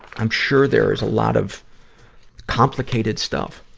i'm sure there is a lot of complicated stuff,